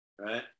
Right